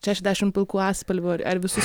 šešiasdešim pilkų atspalvių ar ar visus